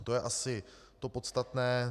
To je asi to podstatné.